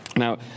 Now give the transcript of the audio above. Now